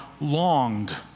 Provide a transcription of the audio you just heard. longed